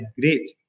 great